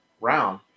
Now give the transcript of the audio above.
round